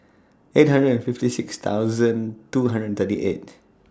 eight hundred and fifty six thousand two hundred and thirty eight